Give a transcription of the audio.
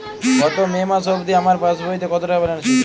গত মে মাস অবধি আমার পাসবইতে কত টাকা ব্যালেন্স ছিল?